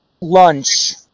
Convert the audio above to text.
lunch